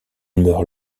meurt